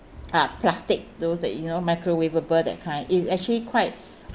uh plastic those that you know microwaveable that kind it's actually quite